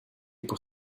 pour